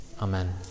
Amen